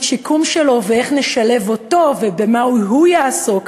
השיקום שלו ואיך נשלב אותו ובמה הוא יעסוק.